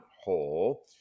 hole